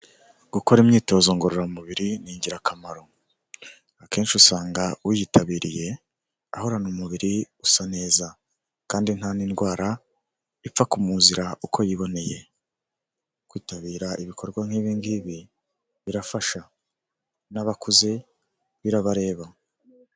Gukora imyitozo ngororamubiri ni ingirakamaro, akenshi usanga uyitabiriye ahorana umubiri usa neza kandi nta n'indwara ipfa kumuzirra uko yiboneye, kwitabira ibikorwa nk'ibi ngibi birafasha n'abakuze birabareba.